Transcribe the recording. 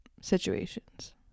situations